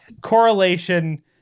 correlation